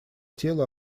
тело